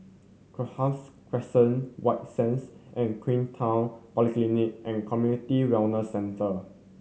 Cochrane Crescent White Sands and Queenstown Polyclinic and Community Wellness Centre